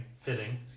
fitting